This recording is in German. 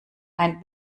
ein